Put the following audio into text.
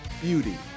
beauty